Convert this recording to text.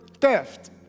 Theft